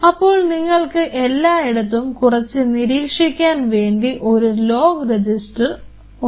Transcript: അപ്പോൾ നിങ്ങൾക്ക് എല്ലാത്തിനെയും കുറിച്ച് നിരീക്ഷിക്കാൻ വേണ്ടി ഒരു ലോഗ് രജിസ്റ്റർ ഉണ്ട്